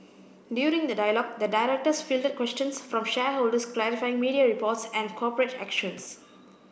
during the dialogue the directors fielded questions from shareholders clarifying media reports and corporate actions